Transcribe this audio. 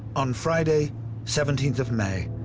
on friday seventeenth of may,